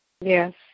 Yes